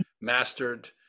mastered